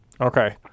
Okay